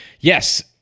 Yes